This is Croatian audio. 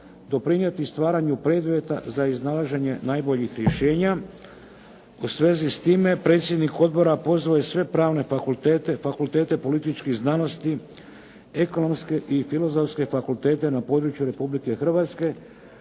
doprinijeti stvaranju preduvjete za iznalaženje najboljih rješenja. U svezi s time predsjednik odbora pozvao je sve pravne fakultete, fakultete političkih znanosti, ekonomske i filozofske fakultete na području Republike Hrvatske